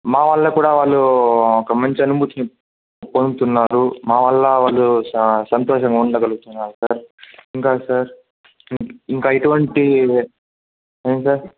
మా వల్ల కూడా వాళ్ళు ఒక మంచి అనుభూతిని పొందుతున్నారు మా వల్ల వాళ్ళు స సంతోషంగా ఉండగలుగుతున్నారు సార్ ఇంకా సార్ ఇంకా ఎటువంటి ఆ సార్